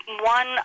one